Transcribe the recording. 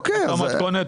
אותה מתכונת,